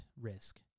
risk